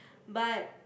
but